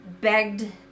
begged